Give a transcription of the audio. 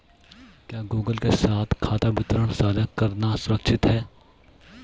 क्या गूगल के साथ खाता विवरण साझा करना सुरक्षित है?